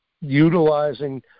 utilizing